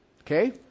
Okay